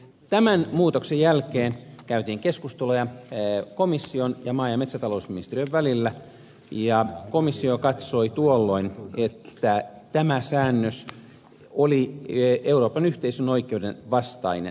tämän muutoksen jälkeen käytiin keskusteluja komission ja maa ja metsätalousministeriön välillä ja komissio katsoi tuolloin että tämä säännös oli euroopan yhteisön oikeuden vastainen